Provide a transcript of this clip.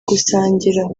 gusangira